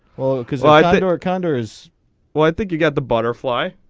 well well because i thought it or calendars. well i think you get the butterfly.